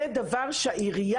זה דבר שהעירייה,